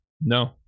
No